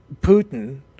Putin